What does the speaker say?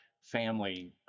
family